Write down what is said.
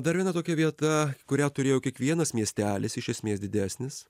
dar viena tokia vieta kurią turėjo kiekvienas miestelis iš esmės didesnis